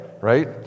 right